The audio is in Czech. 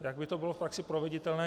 Jak by to bylo v praxi proveditelné?